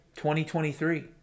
2023